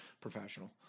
professional